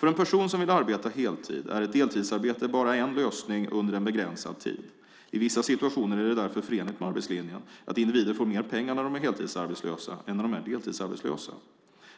För en person som vill arbeta heltid är ett deltidsarbete bara en lösning under en begränsad tid. I vissa situationer är det därför förenligt med arbetslinjen att individer får mer pengar när de är heltidsarbetslösa än när de är deltidsarbetslösa.